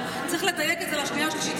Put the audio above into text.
אבל צריך לדייק את זה לשנייה והשלישית,